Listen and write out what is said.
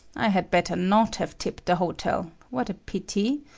i had better not have tipped the hotel what a pity!